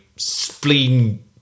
Spleen